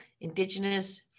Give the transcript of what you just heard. indigenous